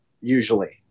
usually